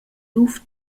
luf